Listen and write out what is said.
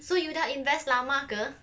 so you dah invest lama ke